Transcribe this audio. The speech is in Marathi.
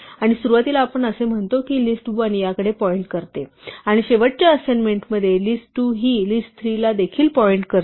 आणि सुरुवातीला आपण असे म्हणतो की लिस्ट 1 याकडे पॉईंट करते आणि शेवटच्या असाइनमेंटमध्ये लिस्ट 2 हि लिस्ट 3 ला देखील पॉईंट करते